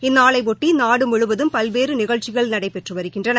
இந்நாளைபொட்டி நாடு முழுவதும் பல்வேறு நிகழ்ச்சிகள் நடைபெற்று வருகின்றன